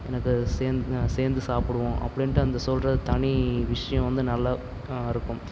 எனக்கு சேர்ந்து சேர்ந்து சாப்பிடுவோம் அப்படின்ட்டு அந்த சொல்கிறது தனி விஷயம் வந்து நல்லாயிருக்கும்